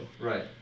Right